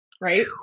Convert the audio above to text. right